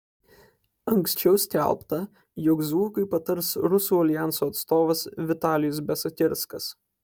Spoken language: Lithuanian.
anksčiau skelbta jog zuokui patars rusų aljanso atstovas vitalijus besakirskas